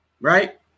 right